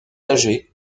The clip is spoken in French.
âgé